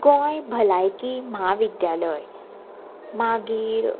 गोंय भलायकी म्हाविद्यालय मागीर